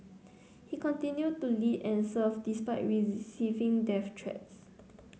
he continued to lead and serve despite receiving death threats